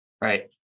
Right